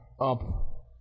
up